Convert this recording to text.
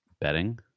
betting